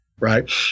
right